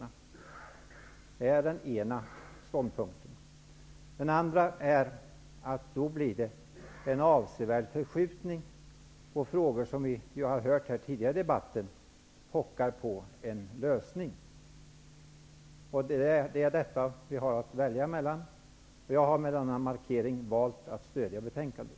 Detta är den ena ståndpunkten. Den andra ståndpunkten är att det då blir en avsevärd förskjutning av frågor som vi tidigare i debatten har hört pockar på en lösning. Det är detta som vi har att välja mellan. Jag har med denna markering valt att stöjda betänkandet.